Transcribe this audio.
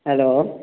hello